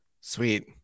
sweet